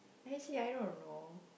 actually I don't know